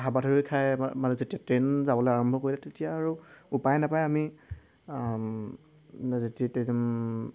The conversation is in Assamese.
হাবাথুৰি খাই মানে যেতিয়া ট্ৰেইন যাবলৈ আৰম্ভ কৰিলে তেতিয়া আৰু উপায় নাপায় আমি